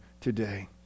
today